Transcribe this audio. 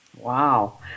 Wow